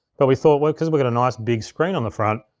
but we thought well, cause we got a nice big screen on the front,